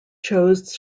chose